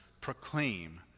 proclaim